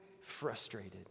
frustrated